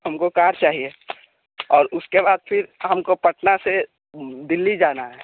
हमको कार चाहिए और उसके बाद फिर हमको पटना से दिल्ली जाना है